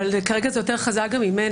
אבל כרגע זה יותר חזק גם ממנה.